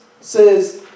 says